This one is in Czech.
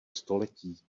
století